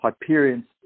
Hyperion